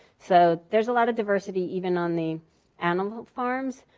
so there's a lot of diversity even on the animal farms.